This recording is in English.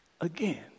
again